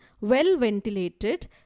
well-ventilated